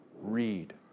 read